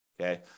okay